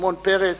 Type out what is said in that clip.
שמעון פרס,